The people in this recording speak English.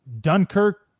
dunkirk